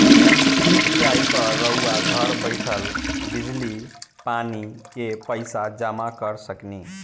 UPI पर रउआ घर बईठल बिजली, पानी के पइसा जामा कर सकेनी